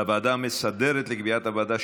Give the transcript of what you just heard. לוועדה שתקבע הוועדה המסדרת נתקבלה.